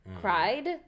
cried